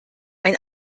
ein